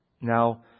Now